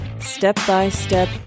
step-by-step